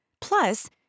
Plus